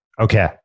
Okay